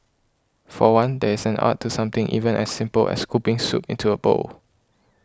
for one there is an art to something even as simple as scooping soup into a bowl